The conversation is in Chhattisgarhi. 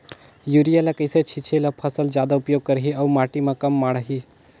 युरिया ल कइसे छीचे ल फसल जादा उपयोग करही अउ माटी म कम माढ़ही?